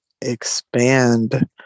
expand